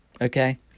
Okay